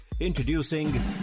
Introducing